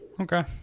Okay